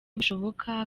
bishiboka